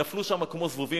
נפלו שם כמו זבובים.